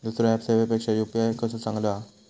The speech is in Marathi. दुसरो ऍप सेवेपेक्षा यू.पी.आय कसो चांगलो हा?